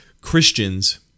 Christians